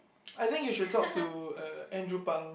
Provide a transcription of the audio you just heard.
I think you should talk to uh Andrew Pang